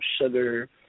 sugar